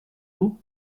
vous